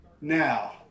Now